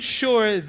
sure